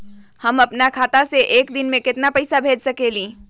हम अपना खाता से एक दिन में केतना पैसा भेज सकेली?